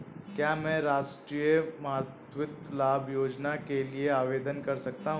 क्या मैं राष्ट्रीय मातृत्व लाभ योजना के लिए आवेदन कर सकता हूँ?